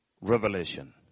revelation